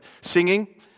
singing